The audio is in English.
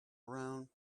around